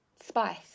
spice